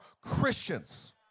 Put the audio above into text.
Christians